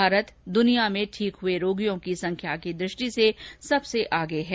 भारत दुनिया में ठीक हुए रोगियों की संख्या की दृष्टि से सबसे आगे है